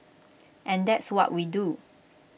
and that's what we do